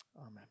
Amen